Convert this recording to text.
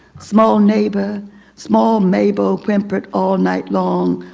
small mable small mable whimpered all night long,